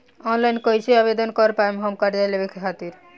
Online कइसे आवेदन कर पाएम हम कर्जा लेवे खातिर?